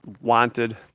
wanted